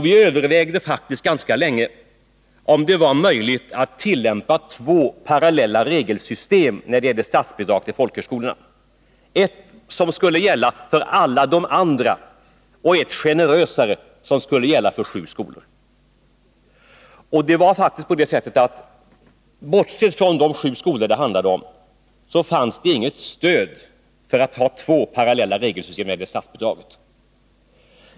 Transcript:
Vi övervägde faktiskt ganska länge om det var möjligt att tillämpa två parallella regelsystem när det gäller statsbidrag till folkhögskolorna, ett som skulle gälla för alla de andra och ett generösare som skulle gälla för sju skolor. Det var faktiskt på det sättet att det fanns endast svagt stöd för att ha två parallella regelsystem när det gäller statsbidragen.